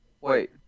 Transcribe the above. wait